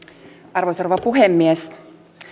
arvoisa rouva puhemies